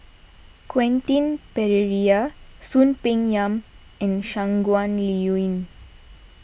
Quentin Pereira Soon Peng Yam and Shangguan Liuyun